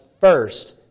first